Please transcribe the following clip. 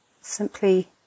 simply